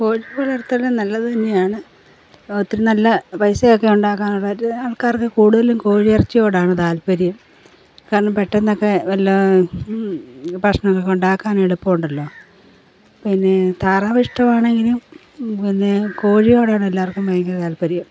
കോഴി വളർത്തൽ നല്ലത് തന്നെയാണ് ഒത്തിരി നല്ല പൈസയൊക്കെ ഉണ്ടാക്കാനുള്ളൊരു ആൾക്കാർക്ക് കൂടുതലും കോഴിയിറച്ചിയോടാണ് താൽപര്യം കാരണം പെട്ടന്നൊക്കെ വല്ല ഭക്ഷണമൊക്കെ ഉണ്ടാക്കാൻ എളുപ്പമുണ്ടല്ലോ പിന്നെ താറാവ് ഇഷ്ടമാണെങ്കിലും പിന്നെ കോഴിയോടാണ് എല്ലാവർക്കും ഭയങ്കര താൽപര്യം